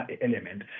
element